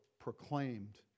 proclaimed